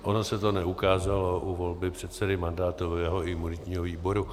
Ono se to neukázalo u volby předsedy mandátového a imunitního výboru.